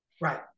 Right